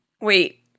wait